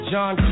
John